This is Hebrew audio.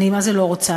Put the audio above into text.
מה זה לא רוצה,